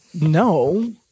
No